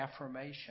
affirmation